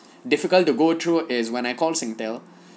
difficult to go through is when I call singtel